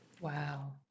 wow